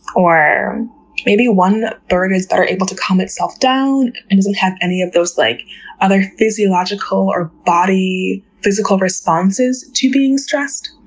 or maybe one bird is better able to calm itself down and doesn't have any of those like other physiological or body responses to being stressed?